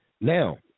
Now